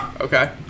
Okay